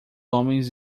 homens